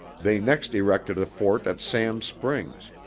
they next erected a fort at sand springs,